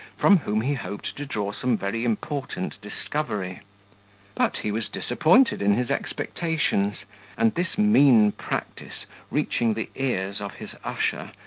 from whom he hoped to draw some very important discovery but he was disappointed in his expectations and this mean practice reaching the ears of his usher,